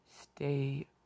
stay